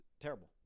terrible